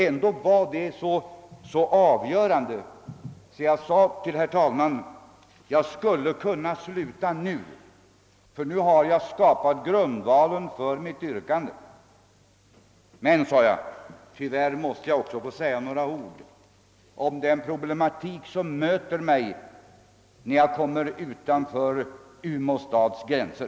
Ändå var den så avgörande att jag vid det tillfället sade till herr talmannen: »Jag skulle kunna sluta nu, ty nu har jag skapat grundvalen för mitt yrkande.» Jag framhöll emellertid också att jag dessutom tyvärr måste få säga några ord om den problematik som möter mig utanför Umeå stads gränser.